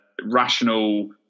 rational